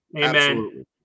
Amen